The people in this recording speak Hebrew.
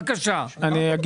אחד,